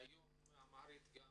היום משתמשים